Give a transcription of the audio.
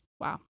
Wow